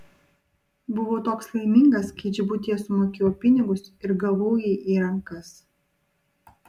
buvau toks laimingas kai džibutyje sumokėjau pinigus ir gavau jį į rankas